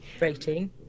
rating